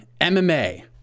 MMA